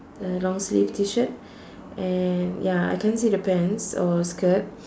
and long sleeve T shirt and ya I can't see the pants or skirt